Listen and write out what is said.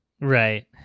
Right